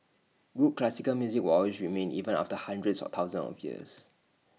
good classical music will always remain even after hundreds or thousands of years